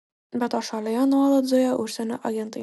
be to šalyje nuolat zujo užsienio agentai